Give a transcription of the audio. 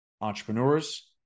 entrepreneurs